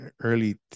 early